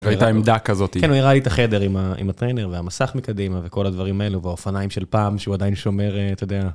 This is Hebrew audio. הייתה עמדה כזאת. כן, הוא הראה לי את החדר עם הטריינר והמסך מקדימה וכל הדברים האלו והאופניים של פעם שהוא עדיין שומר, אתה יודע.